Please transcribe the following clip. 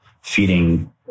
feeding